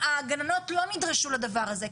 הגננות לא נדרשו לדבר הזה.